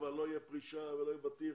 כבר לא תהיה פרישה ולא יהיה בטיח,